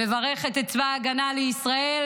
מברכת את צבא ההגנה לישראל,